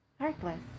heartless